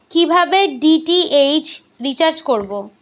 কিভাবে DTH recharge করব?